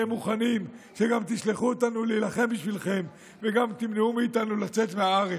שגם תשלחו אותנו להילחם בשבילכם וגם תמנעו מאיתנו לצאת מהארץ.